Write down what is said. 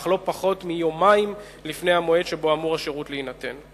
אך לא פחות מיומיים לפני המועד שבו אמור השירות להינתן.